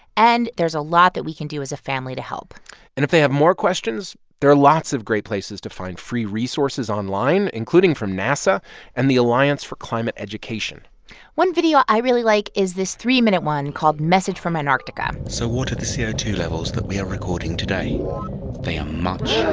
and there's a lot that we can do as a family to help and if they have more questions, there are lots of great places to find free resources online, including from nasa and the alliance for climate education one video i really like is this three-minute one called message from antarctica. so what are the c o two levels that we are recording today? they are much, yeah